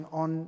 on